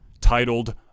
titled